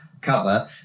cover